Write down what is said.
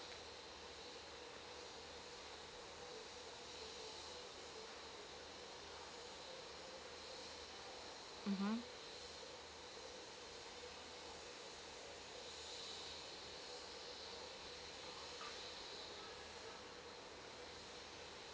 mmhmm